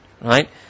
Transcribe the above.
Right